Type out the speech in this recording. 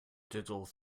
doodle